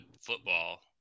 football